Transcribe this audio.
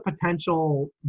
potential